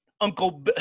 Uncle